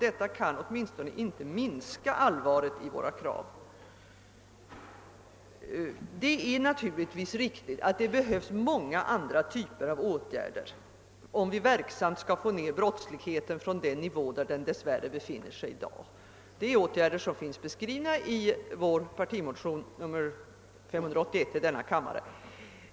Detta kan åtminstone inte minska allvaret i våra krav. Det är naturligtvis riktigt att det behövs många andra typer av åtgärder om vi verksamt skall få ner brottsligheten från den nivå där den dess värre befinner sig i dag, åtgärder som finns beskrivna i vår partimotion II:581 i denna kammare.